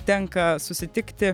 tenka susitikti